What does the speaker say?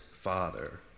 father